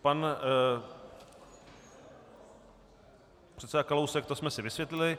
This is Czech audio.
Pan předseda Kalousek to jsme si vysvětlili.